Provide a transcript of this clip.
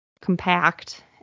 compact